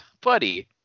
Buddy